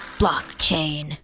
blockchain